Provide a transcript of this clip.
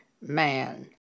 man